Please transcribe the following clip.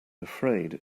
afraid